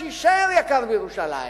שיישאר יקר בירושלים.